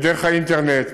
דרך האינטרנט,